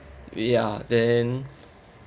ya then